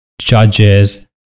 judges